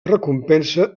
recompensa